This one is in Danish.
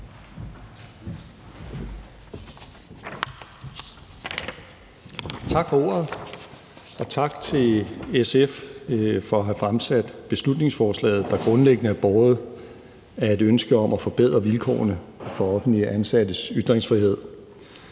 Tak for ordet, og tak til SF for at have fremsat beslutningsforslaget, der grundlæggende er båret af et ønske om at forbedre vilkårene for offentligt ansattes ytringsfrihed.